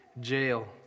jail